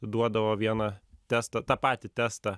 duodavo vieną testą tą patį testą